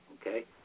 okay